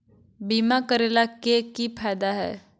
बीमा करैला के की फायदा है?